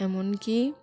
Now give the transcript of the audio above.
এমন কি